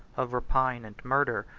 of rapine and murder,